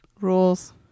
Rules